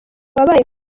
wabaye